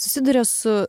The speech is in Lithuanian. susiduria su